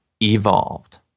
evolved